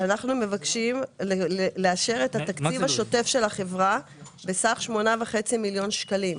אנחנו מבקשים לאשר את התקציב השוטף של החברה בסך 8.5 מיליון שקלים.